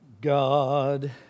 God